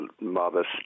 modest